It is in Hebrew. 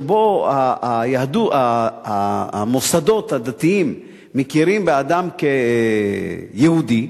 שבו המוסדות הדתיים מכירים באדם כיהודי,